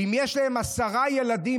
ואם יש להם עשרה ילדים,